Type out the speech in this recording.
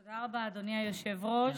תודה רבה, אדוני היושב-ראש.